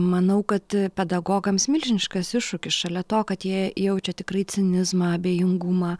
manau kad pedagogams milžiniškas iššūkis šalia to kad jie jaučia tikrai cinizmą abejingumą